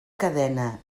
cadena